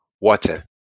Water